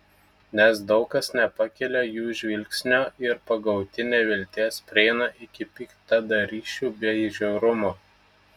nes daug kas nepakelia jų žvilgsnio ir pagauti nevilties prieina iki piktadarysčių bei žiaurumo